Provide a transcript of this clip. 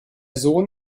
sohn